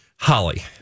Holly